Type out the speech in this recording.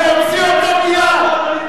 להוציא אותו מייד.